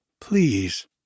Please